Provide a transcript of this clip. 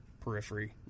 periphery